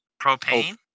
Propane